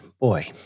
boy